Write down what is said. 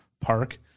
park